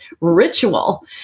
ritual